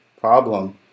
problem